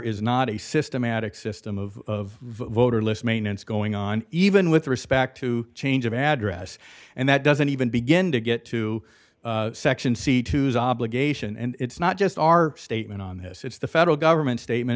is not a systematic system of voter list maintenance going on even with respect to change of address and that doesn't even begin to get to section c two's obligation and it's not just our statement on this it's the federal government's statement